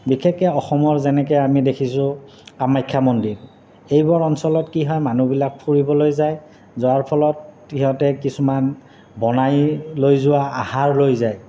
বিশেষকৈ অসমৰ যেনেকৈ আমি দেখিছোঁ কামাখ্যা মন্দিৰ এইবোৰ অঞ্চলত কি হয় মানুহবিলাক ফুৰিবলৈ যায় যোৱাৰ ফলত সিহঁতে কিছুমান বনাই লৈ যোৱা আহাৰ লৈ যায়